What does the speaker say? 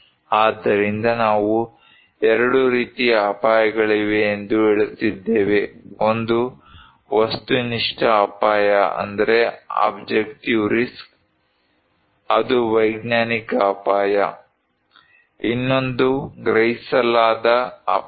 ಆದ್ದರಿಂದ ನಾವು 2 ರೀತಿಯ ಅಪಾಯಗಳಿವೆ ಎಂದು ಹೇಳುತ್ತಿದ್ದೇವೆ ಒಂದು ವಸ್ತುನಿಷ್ಠ ಅಪಾಯ ಅದು ವೈಜ್ಞಾನಿಕ ಅಪಾಯ ಇನ್ನೊಂದು ಗ್ರಹಿಸಲಾದ ಅಪಾಯ